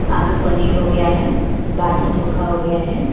आलू पनीर हो गया है बाटी चोखा हो गया है